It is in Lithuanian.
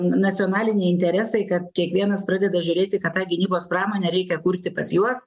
nacionaliniai interesai kad kiekvienas pradeda žiūrėti kad tą gynybos pramonę reikia kurti pas juos